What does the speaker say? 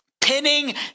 pinning